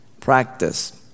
practice